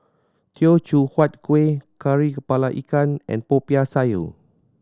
Teochew Huat Kuih Kari Kepala Ikan and Popiah Sayur